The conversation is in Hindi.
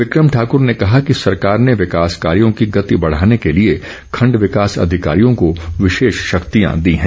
बिक्रम ठाकूर ने कहा कि सरकार ने विकास कार्यों की गति बढ़ाने के लिए खण्ड विकास अधिकारियों को विशेष शक्तियां दी हैं